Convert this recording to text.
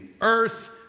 earth